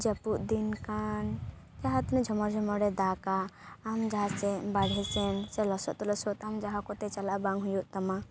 ᱡᱟᱹᱯᱩᱫ ᱫᱤᱱ ᱠᱷᱟᱱ ᱡᱟᱦᱟᱸ ᱛᱤᱱᱟᱹᱜ ᱡᱷᱚᱢᱚᱨᱼᱡᱷᱢᱚᱨᱮ ᱫᱟᱜᱟ ᱟᱢ ᱡᱟᱦᱟᱸ ᱥᱮᱫ ᱵᱟᱨᱦᱮ ᱥᱮᱱ ᱥᱮ ᱞᱚᱥᱚᱫᱼᱞᱚᱥᱚᱫ ᱛᱮ ᱡᱟᱦᱟᱸ ᱠᱚᱛᱮ ᱪᱟᱞᱟᱜ ᱵᱟᱝ ᱦᱩᱭᱩᱜ ᱛᱟᱢᱟ